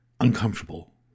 uncomfortable